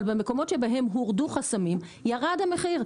אבל במקומות שבהן הורדו החסמים ירד המחיר.